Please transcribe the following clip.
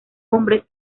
hombres